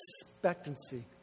expectancy